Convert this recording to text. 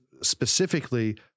specifically